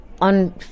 on